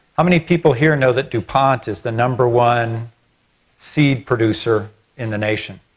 how many people here know that dupont is the number one seed producer in the nation